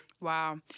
Wow